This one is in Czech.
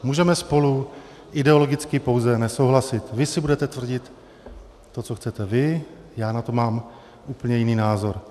Můžeme spolu ideologicky pouze nesouhlasit, vy si budete tvrdit to, co chcete vy, já na to mám úplně jiný názor.